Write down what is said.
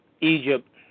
Egypt